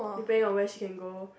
depending on where she can go